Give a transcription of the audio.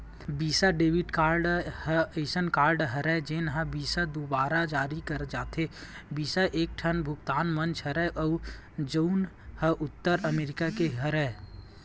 बिसा debit card ह असइन कारड हरय जेन ल बिसा दुवारा जारी करे जाथे, बिसा ह एकठन भुगतान मंच हरय जउन ह उत्तर अमरिका के हरय